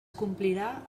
complirà